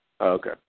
Okay